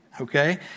okay